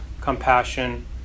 compassion